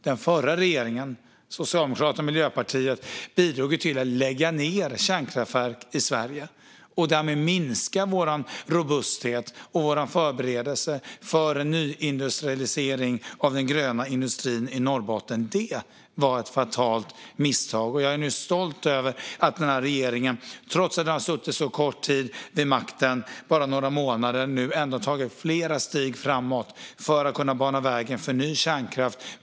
Den förra regeringen med Socialdemokraterna och Miljöpartiet bidrog till att lägga ned kärnkraftverk i Sverige och därmed minska vår robusthet och vår förberedelse för en nyindustrialisering av den gröna industrin i Norrbotten. Det var ett fatalt misstag. Jag är stolt över att den här regeringen trots att den har suttit så kort tid vid makten - bara några månader - har tagit flera steg framåt för att kunna bana väg för ny kärnkraft.